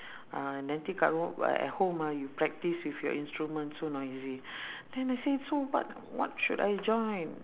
uh nanti kat ru~ at home ah you practice with your instrument so noisy then I said so what what should I join